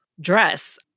dress